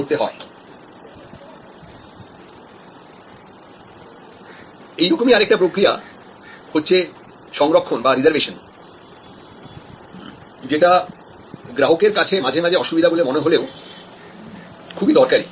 এই রকমই আরেকটা প্রক্রিয়া হচ্ছে রিজার্ভেশন যেটা গ্রাহকের কাছে মাঝে মাঝে অসুবিধা বলে মনে হলেও খুবই দরকারি